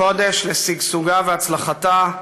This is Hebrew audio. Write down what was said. קודש לשגשוגה והצלחתה,